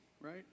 right